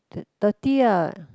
that thirty eh